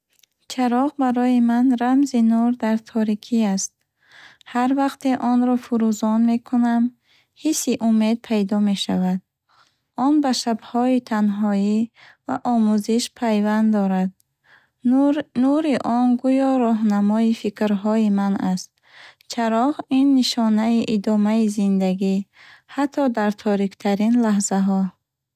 Чароғ барои ман рамзи нур дар торикӣ аст. Ҳар вақте онро фурӯзон мекунам, ҳисси умед пайдо мешавад. Он ба шабҳои танҳоӣ ва омӯзиш пайванд дорад. Нур нури он гӯё роҳнамои фикрҳои ман аст. Чароғ ин нишонаи идомаи зиндагӣ, ҳатто дар ториктарин лаҳзаҳо.